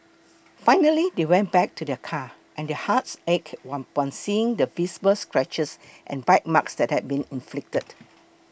finally they went back to their car and their hearts ached upon seeing the visible scratches and bite marks that had been inflicted